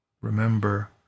Remember